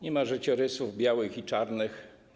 Nie ma życiorysów białych i czarnych.